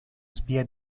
spia